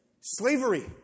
slavery